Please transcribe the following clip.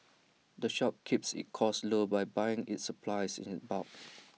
the shop keeps its costs low by buying its supplies in bulk